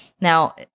Now